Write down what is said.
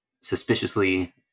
suspiciously